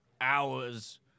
hours